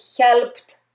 helped